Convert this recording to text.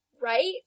Right